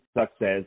success